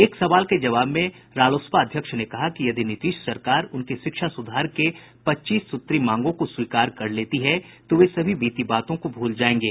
एक सवाल के जवाब में श्री कुशवाहा ने कहा कि यदि नीतीश सरकार उनके शिक्षा सुधार के पच्चीस सूत्री मांगों को स्वीकार कर लेती है तो वो सभी बीती बातों को भूल जायेंगे